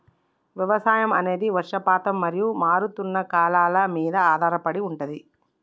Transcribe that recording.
వ్యవసాయం అనేది వర్షపాతం మరియు మారుతున్న కాలాల మీద ఆధారపడి ఉంటది